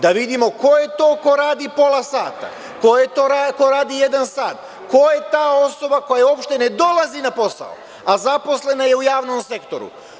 Da vidimo ko je to ko radi pola sata, ko je to ko radi jedan sat, ko je ta osoba koja uopšte ne dolazi na posao, a zaposlena je u javnom sektoru?